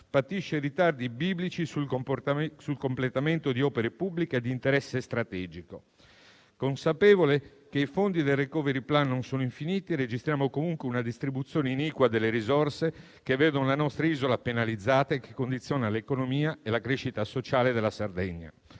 patisce ritardi biblici sul completamento di opere pubbliche di interesse strategico. Consapevole che i fondi del *recovery plan* non sono infiniti, registriamo comunque una distribuzione iniqua delle risorse, che vedono la nostra isola penalizzata e che condiziona l'economia e la crescita sociale della Sardegna.